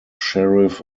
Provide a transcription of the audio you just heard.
sheriff